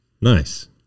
Nice